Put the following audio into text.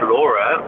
Laura